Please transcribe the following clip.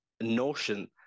notion